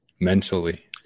mentally